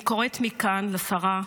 אני קוראת מכאן לשרה,